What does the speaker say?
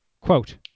quote